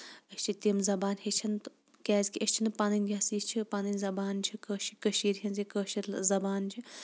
أسۍ چھِ تِم زَبانہٕ ہیٚچھان تہٕ کیازِ کہِ أسۍ چھِنہٕ پَنٕنۍ یۄس یہِ چھِ پَنٕنۍ زَبان چھِ کشیٖرِ ہٕنٛزۍ یہِ کٲشِر زَبان چھِ